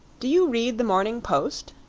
do you read the morning post?